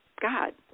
God